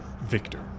Victor